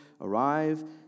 arrive